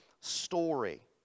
story